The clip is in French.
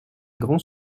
grands